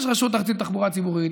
יש רשות ארצית לתחבורה ציבורית,